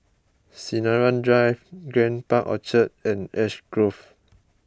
Sinaran Drive Grand Park Orchard and Ash Grove